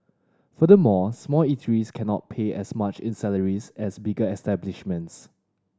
furthermore small eateries cannot pay as much in salaries as bigger establishments